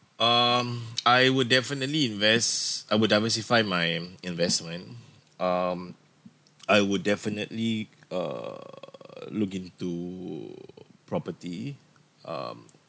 um I will definitely invest I will diversify my investment um I would definitely uh look into property um